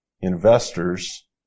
investors